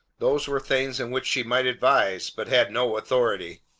those were things in which she might advise, but had no authority.